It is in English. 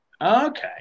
Okay